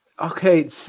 okay